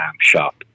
shop